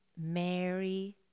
Mary